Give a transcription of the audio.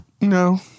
No